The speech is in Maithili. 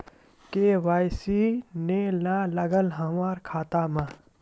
के.वाई.सी ने न लागल या हमरा खाता मैं?